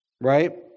Right